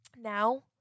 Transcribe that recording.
Now